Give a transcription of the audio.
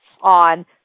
on